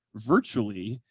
virtually.